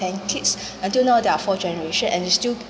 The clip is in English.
ten kids until now there are four generation and still